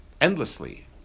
endlessly